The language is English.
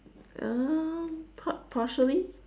um par~ partially